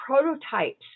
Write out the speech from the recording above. prototypes